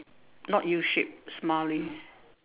not U shape smiley